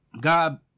God